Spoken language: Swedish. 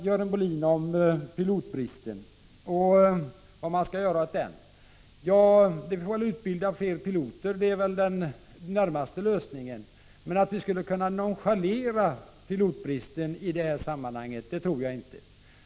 Görel Bohlin frågar vad man skall göra åt pilotbristen. Ja, den närmaste lösningen är väl att utbilda fler piloter. Vi kan inte nonchalera pilotbristen.